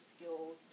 skills